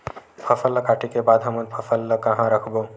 फसल ला काटे के बाद हमन फसल ल कहां रखबो?